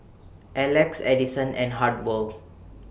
Alex Adison and Hartwell